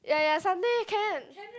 ya ya Sunday can